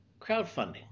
Crowdfunding